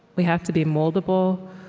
we have to be moldable.